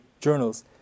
journals